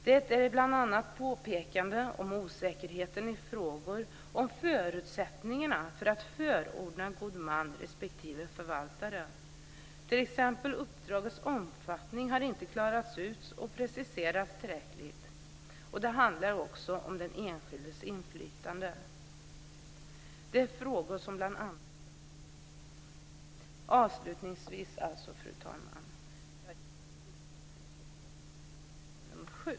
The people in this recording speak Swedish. Det är bl.a. påpekanden om osäkerheten i frågor om förutsättningarna för att förordna en god man respektive förvaltare. T.ex. har inte uppdragets omfattning inte klarats ut och preciserats tillräckligt. Det handlar också om den enskildes inflytande. Det är bl.a. dessa frågor som har väckts. Avslutningsvis, fru talman, yrkar jag bifall till utskottets förslag i lagutskottets betänkande nr 7.